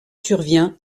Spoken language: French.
survient